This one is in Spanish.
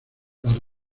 las